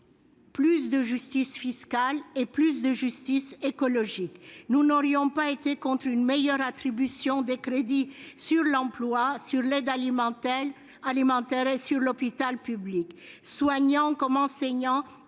plus de justice fiscale et plus de justice écologique. Nous n'aurions pas été contre une meilleure attribution des crédits sur l'emploi, sur l'aide alimentaire et sur l'hôpital public. Soignants comme enseignants